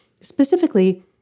Specifically